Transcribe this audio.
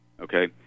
Okay